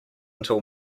until